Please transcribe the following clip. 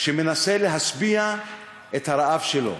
שמנסה להשביע את הרעב שלו.